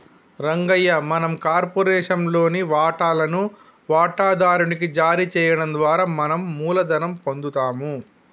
రంగయ్య మనం కార్పొరేషన్ లోని వాటాలను వాటాదారు నికి జారీ చేయడం ద్వారా మనం మూలధనం పొందుతాము